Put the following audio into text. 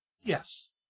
Yes